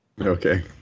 Okay